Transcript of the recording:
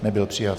Nebyl přijat.